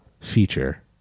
feature